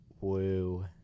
Woo